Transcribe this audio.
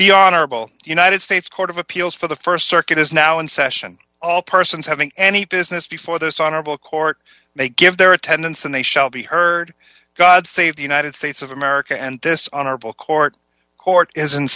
the honorable united states court of appeals for the st circuit is now in session all persons having any business before this honorable court they give their attendance and they shall be heard god save the united states of america and this honorable court court is